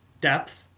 depth